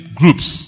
groups